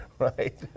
Right